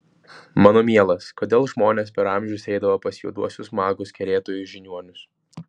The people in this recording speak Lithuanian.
mano mielas kodėl žmonės per amžius eidavo pas juoduosius magus kerėtojus žiniuonius